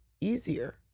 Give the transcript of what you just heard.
easier